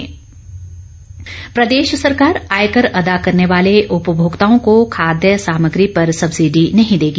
राजेन्द्र गर्ग प्रदेश सरकार आयकर अदा करने वाले उपभोक्ताओं को खाद्य सामग्री पर सब्सिडी नहीं देगी